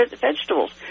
vegetables